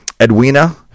Edwina